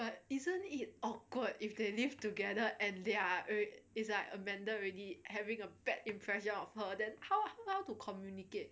but isn't it awkward if they lived together and they're is like amanda already having a bad impression of her then how how to communicate